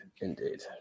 indeed